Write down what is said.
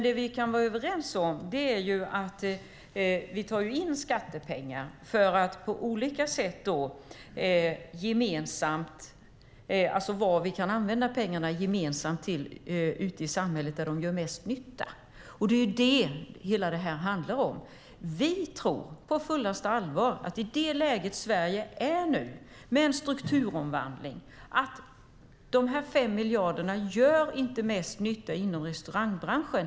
Det vi kan vara överens om är att vi tar in skattepengar för att på olika sätt använda pengarna ute i samhället där de gör mest nytta. Det är det som det här handlar om. Vi tror på fullaste allvar att i det läge som Sverige är nu med en strukturomvandling gör de här 5 miljarderna inte mest nytta inom restaurangbranschen.